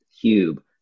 Cube